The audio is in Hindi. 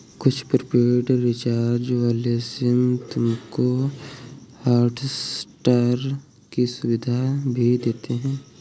कुछ प्रीपेड रिचार्ज वाले सिम तुमको हॉटस्टार की सुविधा भी देते हैं